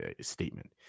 statement